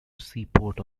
seaport